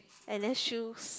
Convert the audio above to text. and then shoes